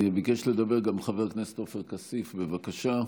גם חבר הכנסת עופר כסיף ביקש לדבר.